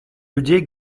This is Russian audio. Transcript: людей